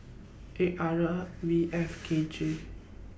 eight R L V F K J